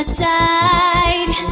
tide